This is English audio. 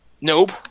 Nope